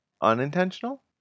unintentional